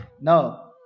No